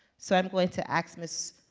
so i'm going to ask ms.